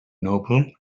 noble